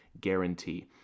guarantee